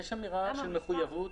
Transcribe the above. יש אמירה של מחויבות